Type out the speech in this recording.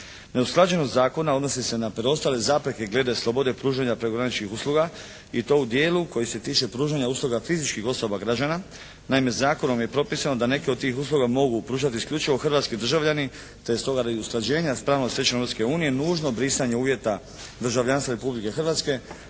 Neusklađenost zakona odnosi se na preostale zapreke glede slobode pružanja prekograničnih usluga i to u dijelu koji se tiče pružanja usluga fizičkih osoba građana. Naime, zakonom je propisano da neke od tih usluga mogu pružati isključivo hrvatski državljani te je stoga radi usklađenja s pravnom stečevinom Europske unije nužno brisanje uvjeta državljanstva Republike Hrvatske